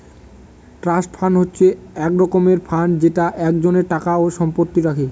trust fund হচ্ছে এক রকমের ফান্ড যেটা একজনের টাকা ও সম্পত্তি রাখে